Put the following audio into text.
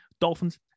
Dolphins